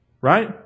Right